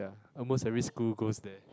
almost every school goes there